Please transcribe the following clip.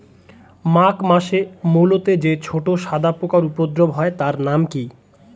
মাঘ মাসে মূলোতে যে ছোট সাদা পোকার উপদ্রব হয় তার নাম কি?